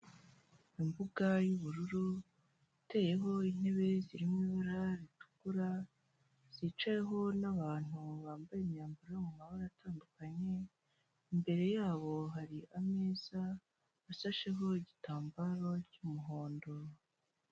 Imbuga y'ubururu iteyeho intebe zirimo ibara ritukura zicayeho n'abantu bambaye imyambaro mu mabara atandukanye, imbere yabo har’ameza ashasheho igitambaro cy'umuhondo.